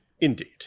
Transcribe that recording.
Indeed